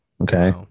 Okay